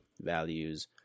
values